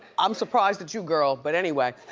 i'm surprised at you girl, but anyway.